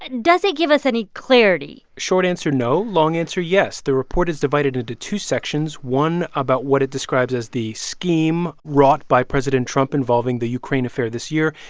does it give us any clarity? short answer, no. long answer, yes. the report is divided into two sections, one about what it describes as the scheme wrought by president trump involving the ukraine affair this year,